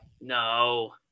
No